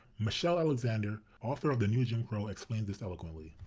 michelle alexander, author of the new jim crow, explains this eloquently